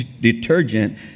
detergent